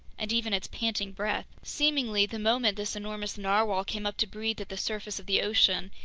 and even its panting breath. seemingly, the moment this enormous narwhale came up to breathe at the surface of the ocean,